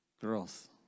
Growth